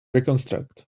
reconstruct